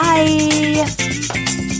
Bye